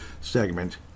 segment